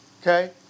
Okay